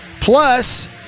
Plus